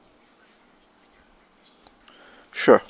sure